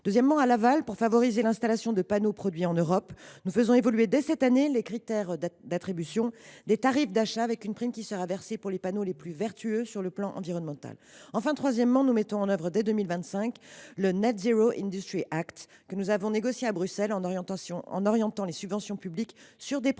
Deuxièmement, en aval, pour favoriser l’installation de panneaux produits en Europe, nous faisons évoluer dès cette année les critères d’attribution des tarifs d’achat : une prime sera versée pour les panneaux les plus vertueux sur le plan environnemental. Troisièmement, nous mettrons en œuvre dès 2025 les dispositions du, le règlement pour une industrie « zéro net », que nous avons négocié à Bruxelles, en orientant les subventions publiques vers des projets